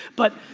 but,